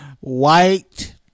white